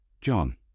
John